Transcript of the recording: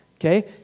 Okay